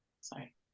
sorry